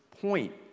point